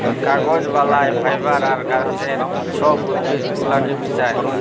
কাগজ বালায় ফাইবার আর গাহাচের ছব উদ্ভিদ গুলাকে মিশাঁয়